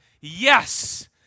Yes